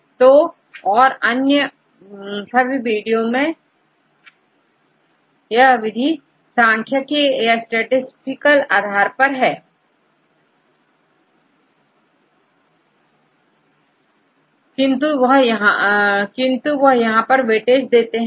तो तो और और अन्य सभी वीडियो में यह विधि सांख्यिकी या स्टैटिसटिकल आधार पर है किंतु वह यहां पर वेटेज देते हैं